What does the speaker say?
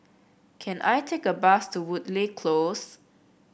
can I take a bus to Woodleigh Close